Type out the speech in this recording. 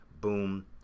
Boom